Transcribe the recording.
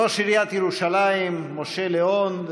ראש עיריית ירושלים משה ליאון,